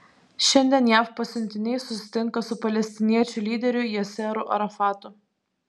šiandien jav pasiuntiniai susitinka su palestiniečių lyderiu yasseru arafatu